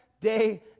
day